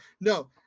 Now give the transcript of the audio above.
no